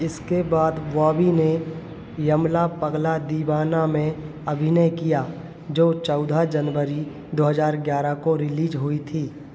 इसके बाद बॉबी ने यमला पगला दीवाना में अभिनय किया जो चौदह जनवरी दो हज़ार ग्यारह को रिलीज़ हुई थी